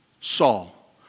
Saul